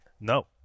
No